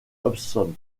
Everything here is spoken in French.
hobson